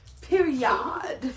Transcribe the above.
Period